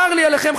צר לי עליכם,